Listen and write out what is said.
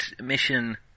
mission